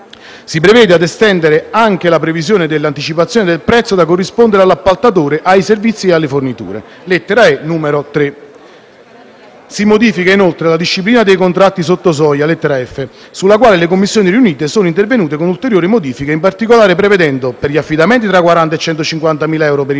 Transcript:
Si provvede a estendere la previsione dell'anticipazione del prezzo da corrispondere all'appaltatore anche ai servizi e alle forniture (lettera *e)*, numero 3)). Si modifica, inoltre, la disciplina dei contratti sotto soglia (lettera *f)*), sulla quale le Commissioni riunite sono intervenute con ulteriori modifiche, in particolare prevedendo, per gli affidamenti tra i 40.000 e 150.000 euro (per i